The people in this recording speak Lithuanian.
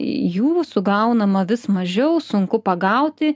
jų sugaunama vis mažiau sunku pagauti